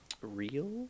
real